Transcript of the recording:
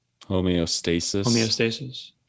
Homeostasis